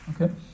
Okay